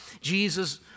Jesus